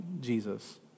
Jesus